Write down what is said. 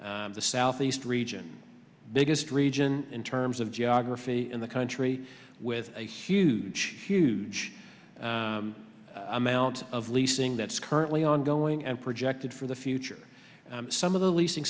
the southeast region biggest region in terms of geography in the country with a huge huge amount of leasing that's currently ongoing and projected for the future some of the leasing